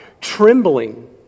trembling